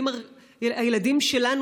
הילדים שלנו,